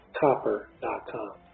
copper.com